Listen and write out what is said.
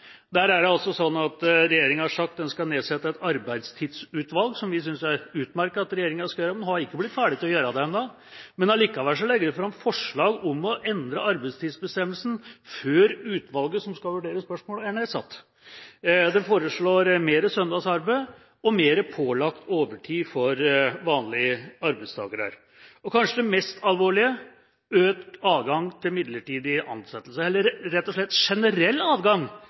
Regjeringa har sagt at den skal nedsette et arbeidstidsutvalg, som vi synes det er utmerket at regjeringen skal gjøre, men de har ikke blitt ferdige til å gjøre det ennå. Likevel legger de fram forslag om å endre arbeidstidsbestemmelsen før utvalget som skal vurdere spørsmålet, er nedsatt. De foreslår mer søndagsarbeid og mer pålagt overtid for vanlige arbeidstakere. Det kanskje mest alvorlige er økt adgang til midlertidig ansettelse, eller rett og slett generell adgang